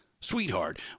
Sweetheart